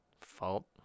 fault